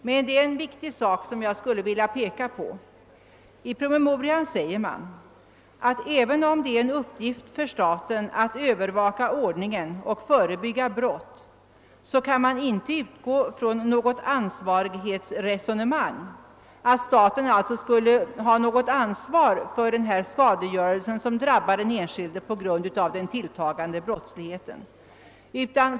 Det finns dock en viktig sak som jag skulle vilja peka på. I promemorian säger man att även om det är en uppgift för staten att övervaka ordningen och att förebygga brott, så kan man inte utgå från något ansvarighetsresonemang, dvs. att staten skulle ha något ansvar för den skadegörelse som drabbar den enskilde på grund av den tilltagande brottsligheten.